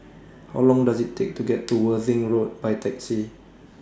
How Long Does IT Take to get to Worthing Road By Taxi